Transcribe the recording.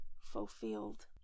fulfilled